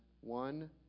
one